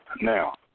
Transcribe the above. Now